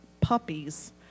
puppies